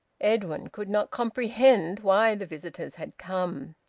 edwin could not comprehend why the visitors had come.